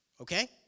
Okay